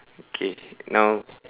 okay now